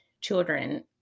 children